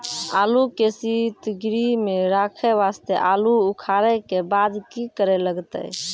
आलू के सीतगृह मे रखे वास्ते आलू उखारे के बाद की करे लगतै?